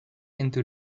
into